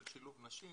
של שילוב נשים,